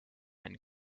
and